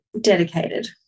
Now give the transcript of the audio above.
dedicated